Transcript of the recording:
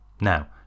Now